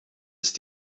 ist